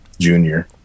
junior